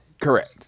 correct